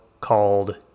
called